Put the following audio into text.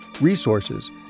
resources